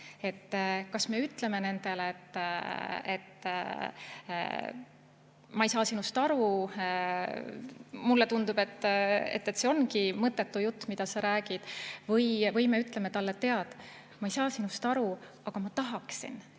Kas me ütleme nendele, et ma ei saa sinust aru, mulle tundub, et see on mõttetu jutt, mida sa räägid, või me ütleme talle, et tead, ma ei saa sinust aru, aga ma tahaksin.